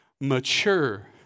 mature